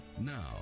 now